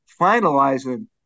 finalizing